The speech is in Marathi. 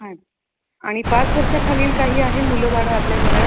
आहेत आणि पाच वर्षांखालील काही आहे मुलंबाळं आपल्या घरात